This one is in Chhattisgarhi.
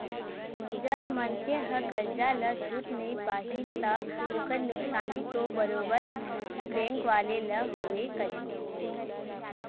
जब मनखे ह करजा ल छूट नइ पाही ता ओखर नुकसानी तो बरोबर बेंक वाले ल होबे करही